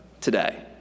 today